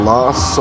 Lost